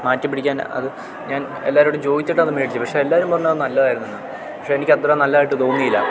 മാറ്റിപ്പിടിക്കാൻ അത് ഞാൻ എല്ലാവരോടും ചോദിച്ചിട്ടാണ് അത് മേടിച്ചത് പക്ഷേ എല്ലാവരും പറഞ്ഞത് നല്ലതാണെന്നാണ് പക്ഷേ എനിക്കത്ര നല്ലതായിട്ട് തോന്നിയില്ല